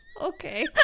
Okay